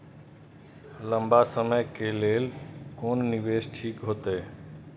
लंबा समय के लेल कोन निवेश ठीक होते?